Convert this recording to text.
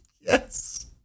Yes